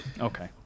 okay